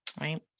right